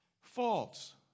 false